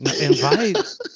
Invite